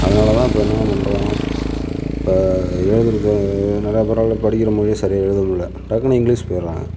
அதனால் தான் இப்போ என்ன பண்றோம் இப்போ எழுதுறதும் நிறைய பேரால் படிக்கிற மாதிரியும் சரியா எழுதமுடியலை டக்குன்னு இங்கிலீஷ் போய்விடுறாங்க